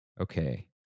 Okay